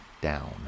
Down